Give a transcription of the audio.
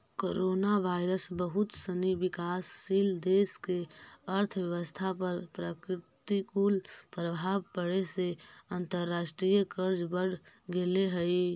coronavirus बहुत सनी विकासशील देश के अर्थव्यवस्था पर प्रतिकूल प्रभाव पड़े से अंतर्राष्ट्रीय कर्ज बढ़ गेले हई